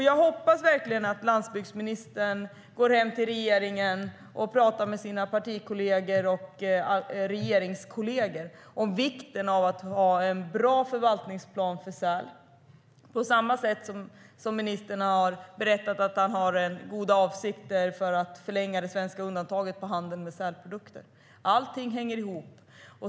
Jag hoppas verkligen att landsbygdsministern går hem till regeringen och pratar med sina parti och regeringskollegor om vikten av att ha en bra förvaltningsplan för säl på samma sätt som ministern har berättat att han har goda avsikter att förlänga det svenska undantaget för handeln med sälprodukter. Allting hänger ihop.